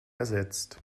ersetzt